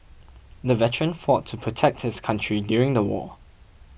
the veteran fought to protect his country during the war